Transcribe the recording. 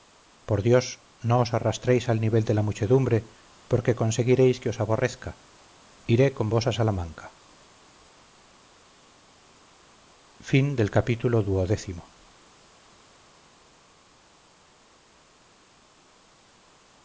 por dios no os arrastréis al nivel de la muchedumbre porque conseguiréis que os aborrezca iré con vos a salamanca